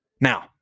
Now